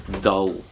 dull